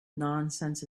nonsense